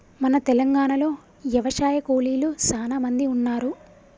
మన తెలంగాణలో యవశాయ కూలీలు సానా మంది ఉన్నారు